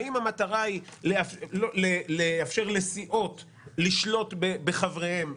האם המטרה היא לאפשר לסיעות לשלוט בחבריהם?